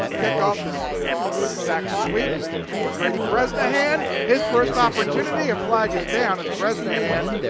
kickoff is zach sweep where grady bresnahan, his first opportunity, a flag is down. and bresnahan